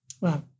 wow